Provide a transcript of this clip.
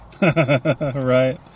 Right